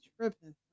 tripping